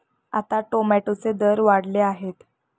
आता टोमॅटोचे दर वाढले आहेत